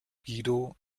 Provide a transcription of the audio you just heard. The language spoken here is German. guido